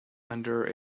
under